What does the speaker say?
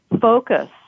focus